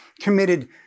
committed